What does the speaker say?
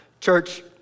Church